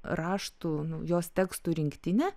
raštų jos tekstų rinktinę